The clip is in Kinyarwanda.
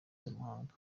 z’amahanga